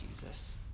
Jesus